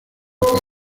país